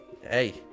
Hey